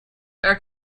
are